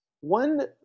One